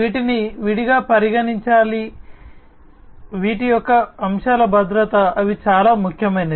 వీటిని విడిగా పరిగణించాలి వీటి యొక్క అంశాల భద్రత అవి చాలా ముఖ్యమైనవి